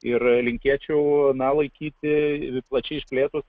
ir linkėčiau na laikyti plačiai išplėtus